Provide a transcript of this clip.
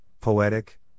poetic